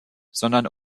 sondern